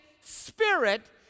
spirit